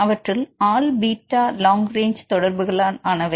அவற்றுள் all beta long range தொடர்புகளால் ஆனவை